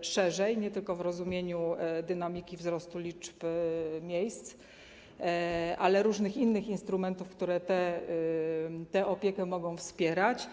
szerzej, nie tylko w rozumieniu dynamiki wzrostu liczb tych miejsc opieki, ale również w odniesieniu do różnych innych instrumentów, które tę opiekę mogą wspierać.